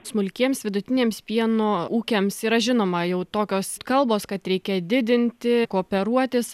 smulkiems vidutiniams pieno ūkiams yra žinoma jau tokios kalbos kad reikia didinti kooperuotis